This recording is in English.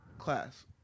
Class